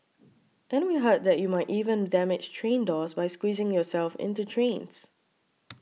and we heard that you might even damage train doors by squeezing yourself into trains